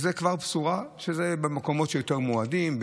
זה כבר במקומות המועדים יותר,